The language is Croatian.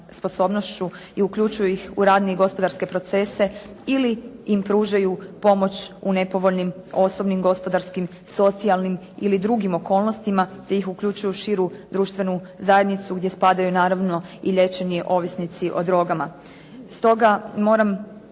sposobnošću i uključuju ih u radne i gospodarske procese ili im pružaju pomoć u nepovoljnim osobnim, gospodarskim, socijalnim ili drugim okolnostima te ih uključuju u širu društvenu zajednicu, gdje spadaju naravno i liječeni ovisnici o drogama. Stoga moram